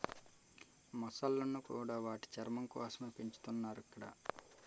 మొసళ్ళను కూడా వాటి చర్మం కోసమే పెంచుతున్నారు ఇక్కడ